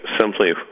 simply